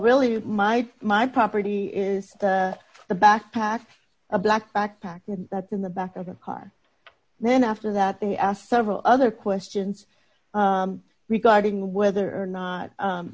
really my my property is the backpack a black backpack and that in the back of a car and then after that they asked several other questions regarding whether or not